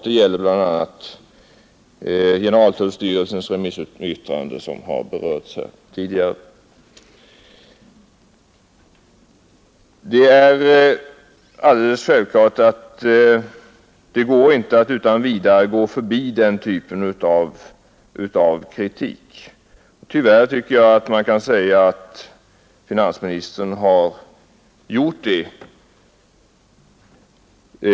Det gäller bl.a. generaltullstyrelsens remissyttrande, som har berörts här tidigare. Det är alldeles självklart att det inte är möjligt att utan vidare gå förbi den kritiken. Tyvärr tycker jag man kan säga att finansministern har gjort det.